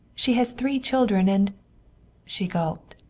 she has three children, and she gulped.